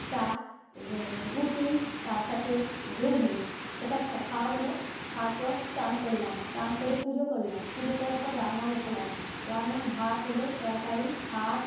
চা রুটি তার সাথে ঘুগনি সেটা খা খাওয়া হল খাওয়ার পর চান করলাম চান করে পুজো করলাম পুজো করার পর রান্না বসালাম রান্না ভাত হল তরকারি শাক